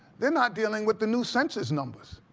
they're not dealing with the new census numbers.